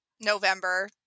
November